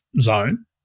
zone